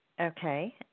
Okay